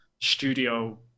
studio